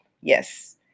yes